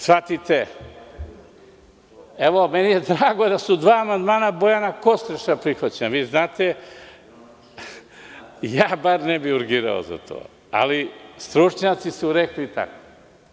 Shvatite, meni je drago da su dva amandmana Bojana Kostreša prihvaćena, a ja bar ne bih urgirao za to, ali stručnjaci su rekli tako.